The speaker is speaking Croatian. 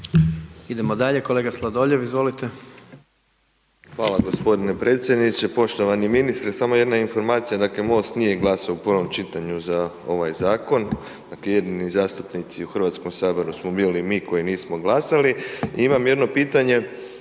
Idemo dalje, kolega Sladoljev, izvolite. **Sladoljev, Marko (MOST)** Hvala gospodine predsjedniče. Poštovani ministre, samo jedna informacija, dakle MOST nije glasao u prvom čitanju za ovaj zakon, dakle jedini zastupnici u Hrvatskom saboru smo bili mi koji nismo glasali. I imam jedno pitanje